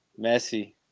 Messi